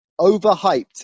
overhyped